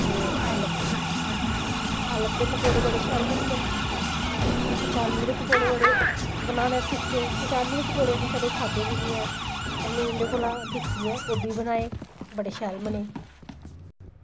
ते पालक दे पालक दे पकौड़े बड़े शैल बनदे न कचालु दे पकौड़े बड़े कचालू दे पकौड़े बनाना सिक्खे कचालु दे पकौड़े कदें असें सुने नेईं हे पर में इंदे कोला सिक्खियै एह्बी बनाये बड़े शैल बने